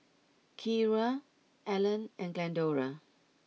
Kierra Ellen and Glendora